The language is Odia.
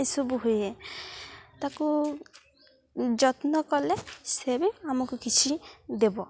ଏସବୁ ହୁଏ ତାକୁ ଯତ୍ନ କଲେ ସେ ବି ଆମକୁ କିଛି ଦେବ